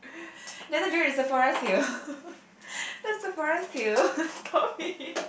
that time during the Sephora sale the Sephora sale stop it